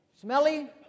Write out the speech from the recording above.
smelly